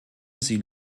sie